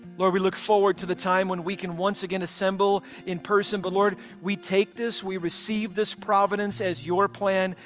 lord, we look forward to the time when we can once again assemble in person, but lord, we take this, we receive this providence as your plan,